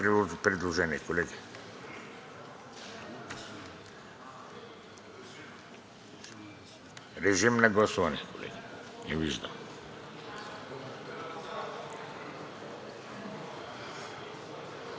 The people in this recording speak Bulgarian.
режим на гласуване.